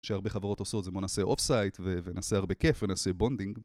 כשהרבה חברות עושות זה, בוא נעשה אוף סייט ונעשה הרבה כיף ונעשה בונדינג